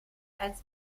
als